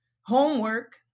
Homework